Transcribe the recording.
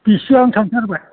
बेसेबां थांथारबाय